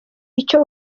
icyo